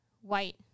white